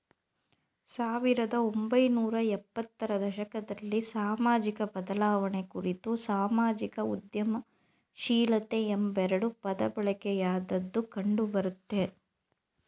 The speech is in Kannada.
ಸಾವಿರದ ಒಂಬೈನೂರ ಎಪ್ಪತ್ತ ರ ದಶಕದಲ್ಲಿ ಸಾಮಾಜಿಕಬದಲಾವಣೆ ಕುರಿತು ಸಾಮಾಜಿಕ ಉದ್ಯಮಶೀಲತೆ ಎಂಬೆರಡು ಪದಬಳಕೆಯಾದದ್ದು ಕಂಡುಬರುತ್ತೆ